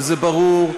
וזה ברור,